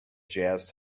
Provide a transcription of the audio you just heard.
jazz